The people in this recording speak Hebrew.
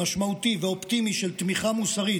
משמעותי ואופטימי של תמיכה מוסרית,